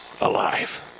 alive